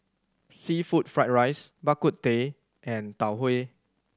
seafood fried rice Bak Kut Teh and Tau Huay